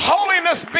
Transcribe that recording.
Holiness